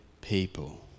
people